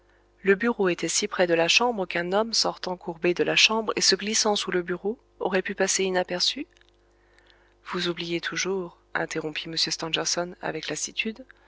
le bureau était si près de la chambre qu'un homme sortant courbé de la chambre et se glissant sous le bureau aurait pu passer inaperçu vous oubliez toujours interrompit m stangerson avec lassitude